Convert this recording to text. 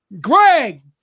Greg